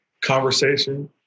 conversation